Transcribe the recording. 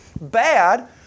bad